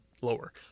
lower